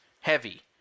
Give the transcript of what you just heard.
Heavy